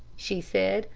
she said.